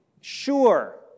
sure